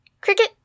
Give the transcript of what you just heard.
cricket